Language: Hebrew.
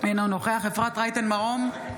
אינו נוכח אפרת רייטן מרום,